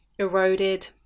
eroded